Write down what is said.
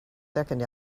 second